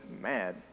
mad